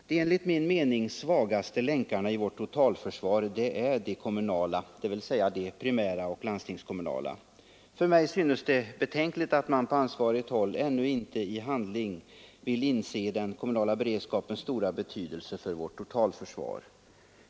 De enligt min mening svagaste länkarna i vårt totalförsvar är de primärkommunala och landstingskommunala. För mig framstår det som betänkligt att man på ansvarigt håll ännu inte i handling vill inse den kommunala beredskapens stora betydelse för vårt totalförsvar.